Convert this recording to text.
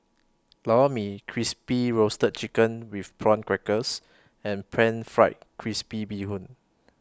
Lor Mee Crispy Roasted Chicken with Prawn Crackers and Pan Fried Crispy Bee Hoon